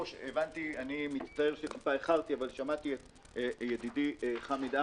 אני מצטער שקצת איחרתי אבל שמעתי את ידידי חמד עמאר.